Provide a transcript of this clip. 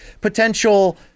potential